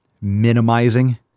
minimizing